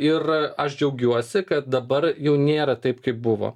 ir aš džiaugiuosi kad dabar jau nėra taip kaip buvo